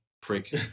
prick